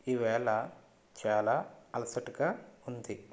ఇవాళ చాలా అలసటగా ఉంది